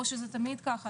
או שזה תמיד כך?